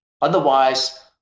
Otherwise